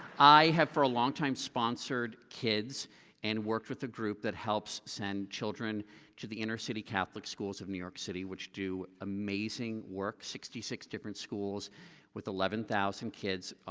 i had for a long time sponsored kids and worked with a group that helps send children to the inner city catholic schools of new york city, which do amazing work, sixty six different schools with eleven thousand kids,